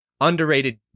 underrated